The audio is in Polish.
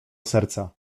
serca